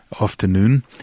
afternoon